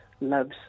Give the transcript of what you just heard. loves